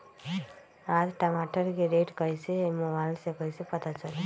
आज टमाटर के रेट कईसे हैं मोबाईल से कईसे पता चली?